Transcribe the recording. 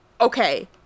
Okay